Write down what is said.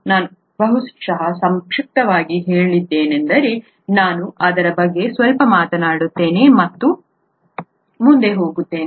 ನಾನು ಬಹುಶಃ ಸಂಕ್ಷಿಪ್ತವಾಗಿ ಹೇಳಿದ್ದೇನೆಂದರೆ ನಾನು ಅದರ ಬಗ್ಗೆ ಸ್ವಲ್ಪ ಮಾತನಾಡುತ್ತೇನೆ ಮತ್ತು ಮುಂದೆ ಹೋಗುತ್ತೇನೆ